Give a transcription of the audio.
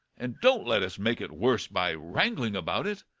and don't let us make it worse by wrangling about it.